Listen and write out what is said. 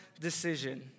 decision—